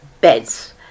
beds